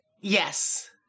Yes